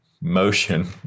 motion